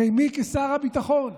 הרי מי כשר הביטחון,